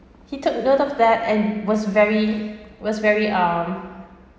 he took note of that and was very was very um